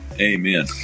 Amen